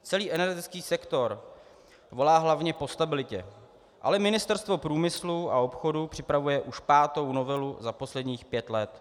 Celý energetický sektor volá hlavně po stabilitě, ale Ministerstvo průmyslu a obchodu připravuje už pátou novelu za posledních pět let.